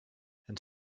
and